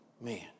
man